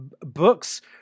books